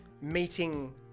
meeting